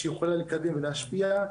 שהיא יכולה לקדם ולהשפיע,